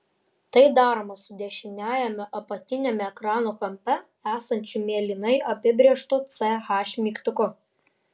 tai daroma su dešiniajame apatiniame ekrano kampe esančiu mėlynai apibrėžtu ch mygtuku